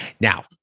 Now